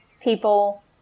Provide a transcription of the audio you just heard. people